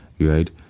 Right